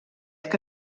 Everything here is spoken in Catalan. que